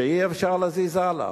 שאי-אפשר להזיז הלאה?